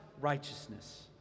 righteousness